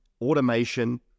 automation